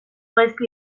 gaizki